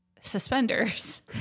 suspenders